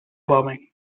bombing